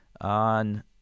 on